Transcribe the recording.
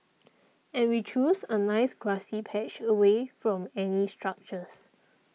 and we chose a nice grassy patch away from any structures